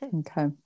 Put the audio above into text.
okay